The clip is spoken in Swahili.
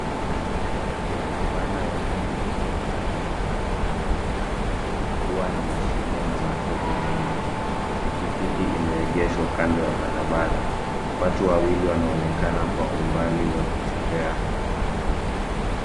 Barabara ya vumbi iliyoharibika inaonekana kuwa na mashimo na matope mengi, pikipiki imegeshwa kando ya barabara, watu wawili wanaonekana kwa umbali wakitembea.